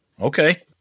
Okay